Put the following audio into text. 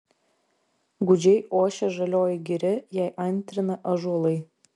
gūdžiai ošia žalioji giria jai antrina ąžuolai